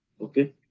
Okay